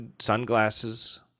sunglasses